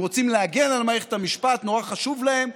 הם רוצים להגן על מערכת המשפט, נורא חשוב להם,